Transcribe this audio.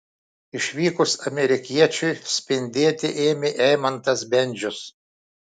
išvykus amerikiečiui spindėti ėmė eimantas bendžius